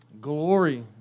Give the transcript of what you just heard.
Glory